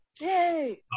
Yay